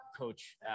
Coach